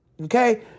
okay